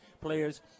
players